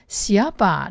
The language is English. siapa